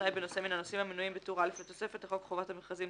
תנאי בנושא מן הנושאים המנויים בטור א' לתוספת לחוק חובת מכרזים,